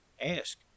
ask